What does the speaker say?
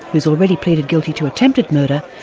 who's already pleaded guilty to attempted murder,